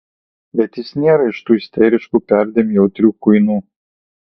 bet jis nėra iš tų isteriškų perdėm jautrių kuinų